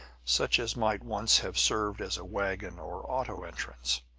such as might once have served as a wagon or auto entrance.